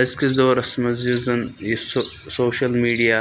أزکِس دورَس منٛز یُس زَن یہِ سو سوشَل میٖڈیا